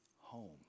home